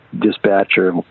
dispatcher